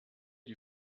die